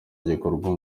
gikorwa